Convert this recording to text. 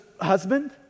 husband